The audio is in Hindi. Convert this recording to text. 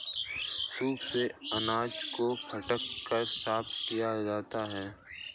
सूप से अनाज को फटक कर साफ किया जाता है